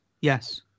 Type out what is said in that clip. Yes